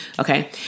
okay